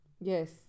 Yes